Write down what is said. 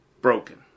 broken